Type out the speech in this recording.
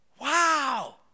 Wow